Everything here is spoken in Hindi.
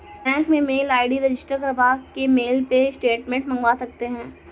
बैंक में मेल आई.डी रजिस्टर करवा के मेल पे स्टेटमेंट मंगवा सकते है